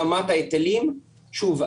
ברמת ההיטלים: שוב,